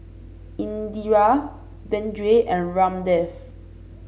Indira Vedre and Ramdev